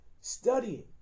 Studying